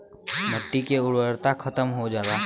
मट्टी के उर्वरता खतम हो जाला